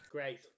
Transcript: Great